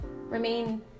remain